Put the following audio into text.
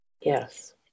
Yes